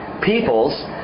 peoples